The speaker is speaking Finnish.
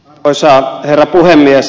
arvoisa herra puhemies